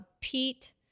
Pete